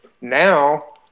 now